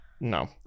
No